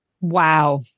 Wow